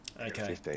okay